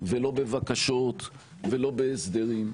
ולא בבקשות והסדרים.